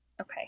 Okay